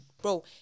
bro